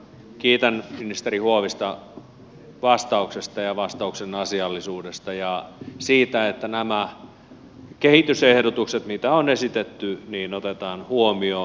kiitän ministeri huovista vastauksesta ja vastauksen asiallisuudesta ja siitä että nämä kehitysehdotukset mitä on esitetty otetaan huomioon